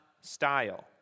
style